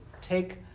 take